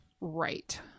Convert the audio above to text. right